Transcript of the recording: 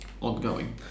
ongoing